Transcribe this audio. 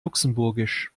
luxemburgisch